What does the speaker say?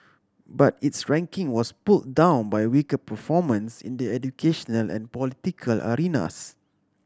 but its ranking was pulled down by weaker performance in the educational and political arenas